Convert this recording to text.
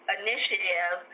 initiative